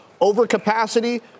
Overcapacity